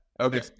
Okay